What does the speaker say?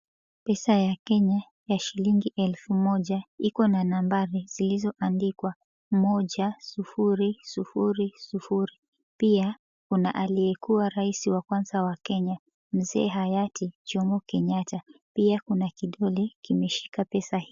Shilingi elfu moja iko na nambari zilizoandikwa "1000". Pia kuna aliyekuwa rais wa kwanza wa Kenya, Mzee Hayati Jomo Kenyatta. Pia kuna kidole, kimeshika pesa hii.